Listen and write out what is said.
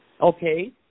Okay